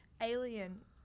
alien